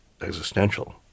existential